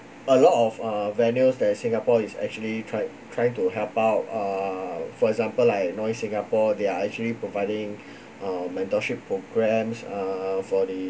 a lot of uh venues that singapore is actually trying trying to help out err for example like noise singapore they are actually providing uh mentorship programs err for the